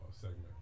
segment